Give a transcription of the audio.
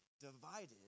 divided